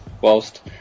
whilst